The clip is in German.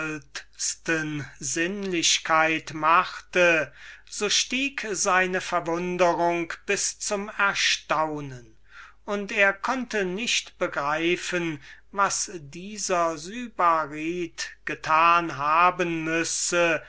sinnlichkeit machte so stieg seine verwunderung bis zum erstaunen und er konnte nicht begreifen was dieser sybarite getan haben müsse